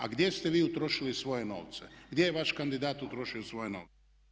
A gdje ste vi utrošili svoje novce, gdje je vaš kandidat utrošio svoje novce?